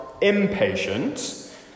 impatient